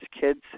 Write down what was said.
Kids